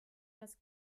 das